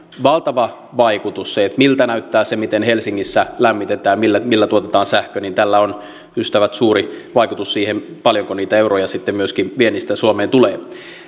valtava vaikutus miltä näyttää se miten helsingissä lämmitetään millä millä tuotetaan sähkö tällä on ystävät suuri vaikutus siihen paljonko niitä euroja sitten myöskin viennistä suomeen tulee